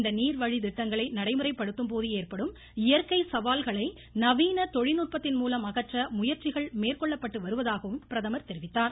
இந்த நீர்வழி திட்டங்களை நடைமுறைப்படுத்தும் போது ஏற்படும் இயற்கை சவால்களை நவீன தொழில்நுட்பத்தின் மூலம் அகற்ற முயற்சிகள் மேற்கொள்ளப்பட்டு வருவதாகவும் பிரதமர் தெரிவித்தார்